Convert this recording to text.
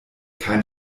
kein